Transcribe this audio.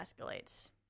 escalates